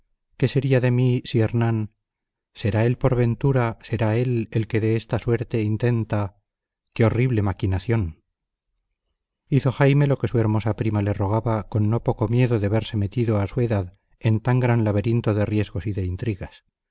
que sería de mí si hernán será él por ventura será él el que de esta suerte intenta qué horrible maquinación hizo jaime lo que su hermosa prima le rogaba con no poco miedo de verse metido a su edad en tan gran laberinto de riesgos y de intrigas